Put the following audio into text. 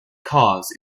cause